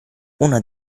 una